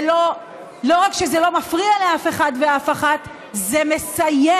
לא רק שזה לא מפריע לאף אחד ואף אחת זה מסייע.